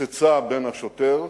חצצה בין השוטר,